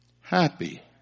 happy